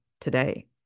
today